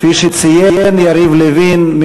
כפי שציין יריב לוין,